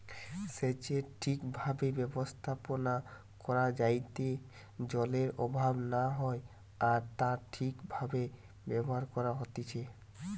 সেচের ঠিক ভাবে ব্যবস্থাপনা করা যাইতে জলের অভাব না হয় আর তা ঠিক ভাবে ব্যবহার করা হতিছে